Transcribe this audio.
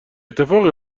اتفاقی